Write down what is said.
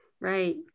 Right